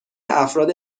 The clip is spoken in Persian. افراد